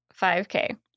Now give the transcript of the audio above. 5K